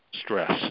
stress